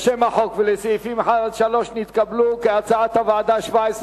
שם החוק וסעיפים 1 3 נתקבלו כהצעת הוועדה, 17 בעד,